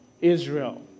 Israel